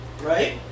right